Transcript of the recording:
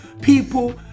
people